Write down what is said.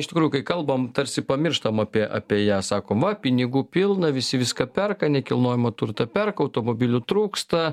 iš tikrųjų kai kalbam tarsi pamirštam apie apie ją sakom va pinigų pilna visi viską perka nekilnojamą turtą perka automobilių trūksta